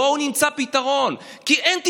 בואו נמצא פתרון, כי אין טיסות.